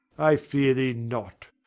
i fear thee not.